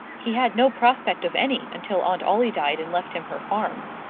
he had no prospect of any until aunt ollie died and left him her farm.